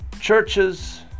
churches